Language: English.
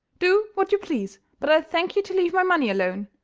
do what you please, but i'll thank you to leave my money alone.